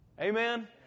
Amen